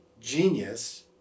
genius